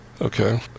Okay